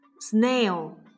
Snail